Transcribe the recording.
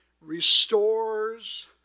restores